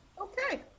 Okay